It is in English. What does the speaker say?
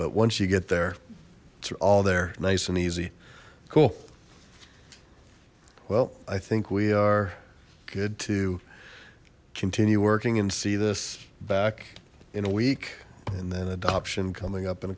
but once you get there it's all there nice and easy cool well i think we are good to continue working and see this back in a week and then adoption coming up in